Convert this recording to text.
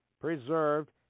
preserved